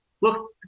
look